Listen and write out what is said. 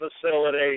facility